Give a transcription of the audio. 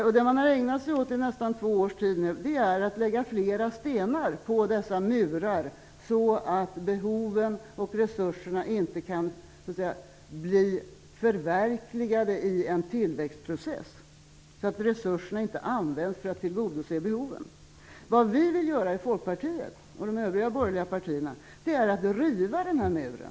Vad regeringen har ägnat sig åt i nästan två års tid nu är att lägga fler stenar på dessa murar, så att behoven och resurserna inte kan bli förverkligade i en tillväxtprocess. Resurserna används inte för att tillgodose behoven. Vad vi i Folkpartiet och de övriga borgerliga partierna vill göra är att riva dessa murar.